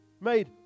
made